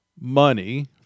money